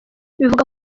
bivuga